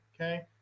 okay